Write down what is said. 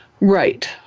Right